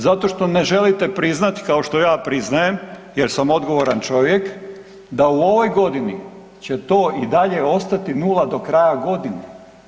Zato što ne želite priznati kao što ja priznajem jer sam odgovoran čovjek da u ovoj godini će to i dalje ostati nula do kraja godine.